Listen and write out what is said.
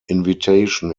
invitation